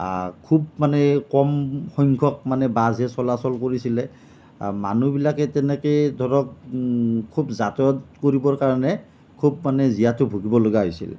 খুব মানে কম সংখ্যক মানে বাছহে চলাচল কৰিছিলে মানুহবিলাকে তেনেকৈ ধৰক খুব যাতায়ত কৰিবৰ কাৰণে খুব মানে জীয়াতু ভুগিবলগীয়া হৈছিল